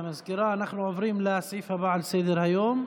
אנחנו עוברים לסעיף הבא שעל סדר-היום,